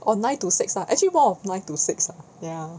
or nine to six ah actually more of nine to six lah ya